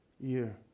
year